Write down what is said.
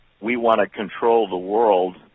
we-want-to-control-the-world